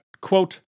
quote